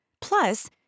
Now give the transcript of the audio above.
Plus